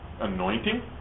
anointing